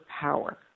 power